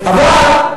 באור-עקיבא.